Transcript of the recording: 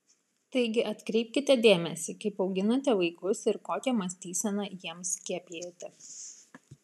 taigi atkreipkite dėmesį kaip auginate vaikus ir kokią mąstyseną jiems skiepijate